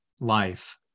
life